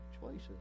choices